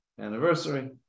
anniversary